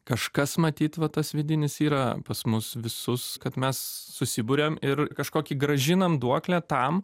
kažkas matyt va tas vidinis yra pas mus visus kad mes susiburiam ir kažkokį grąžinam duoklę tam